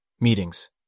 Meetings